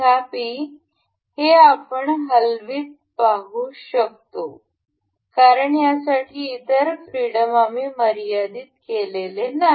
तथापि हे आपण हलवित पाहू शकतो कारण त्यासाठी इतर फ्रीडम आम्ही मर्यादित केले नाही